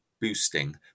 boosting